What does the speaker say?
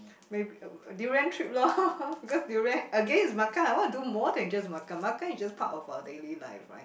durian trip lor because durian again is makan I want to do more than just makan makan is just part of our daily life right